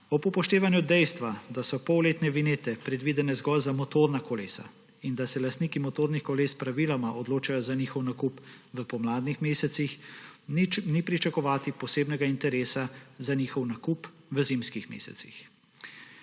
Ob upoštevanju dejstva, da so polletne vinjete predvidene zgolj za motorna kolesa in da se lastniki motornih koles praviloma odločajo za njihov nakup v pomladnih mesecih, ni pričakovati posebnega interesa za njihov nakup v zimskih mesecih.